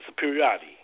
superiority